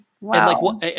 Wow